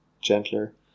gentler